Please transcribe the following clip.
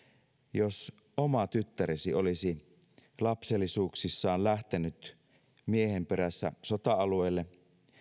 jos oma tyttäresi olisi lapsellisuuksissaan lähtenyt miehen perässä sota alueelle